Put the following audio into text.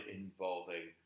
involving